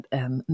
en